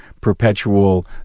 perpetual